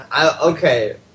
Okay